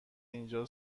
اینجا